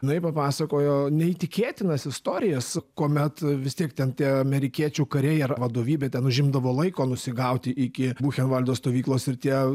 jinai papasakojo neįtikėtinas istorijas kuomet vis tiek ten tie amerikiečių kariai ar vadovybė ten užimdavo laiko nusigauti iki buchenvaldo stovyklos ir tie